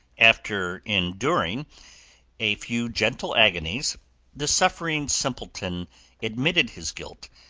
after enduring a few gentle agonies the suffering simpleton admitted his guilt,